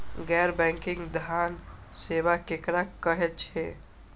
गैर बैंकिंग धान सेवा केकरा कहे छे?